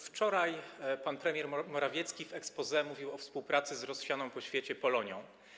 Wczoraj pan premier Morawiecki w exposé mówił o współpracy z rozsianą po świecie Polonią.